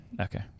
okay